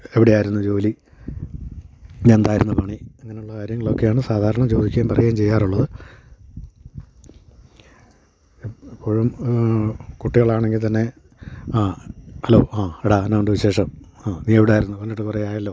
എവിടെ ആയിരുന്നു ജോലി എന്തായിരുന്നു പണി ഇങ്ങനെയുള്ള കാര്യങ്ങളൊക്കെയാണ് സാധാരണ ചോദിക്കുകയും പറയുകയും ചെയ്യാറുള്ളത് എപ്പോഴും കുട്ടികളാണങ്കിൽ തന്നെ ആ ഹലോ ആ എടാ എന്നാ ഉണ്ട് വിശേഷം ആ നീ എവിടെ ആയിരുന്നു കണ്ടിട്ട് കുറേ ആയല്ലോ